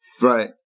Right